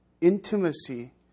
intimacy